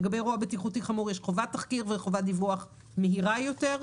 לגבי אירוע בטיחותי חמור יש חובת תחקיר וחובת דיווח מהירות יותר.